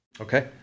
Okay